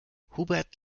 hubert